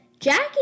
Jackie